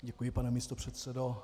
Děkuji, pane místopředsedo.